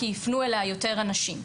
כי יפנו אליה יותר אנשים.